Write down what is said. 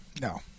No